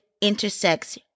intersects